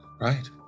Right